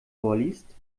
vorliest